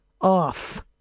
off